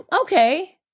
Okay